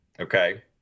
okay